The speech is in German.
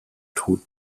tod